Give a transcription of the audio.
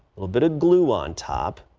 little bit of glue on top.